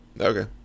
Okay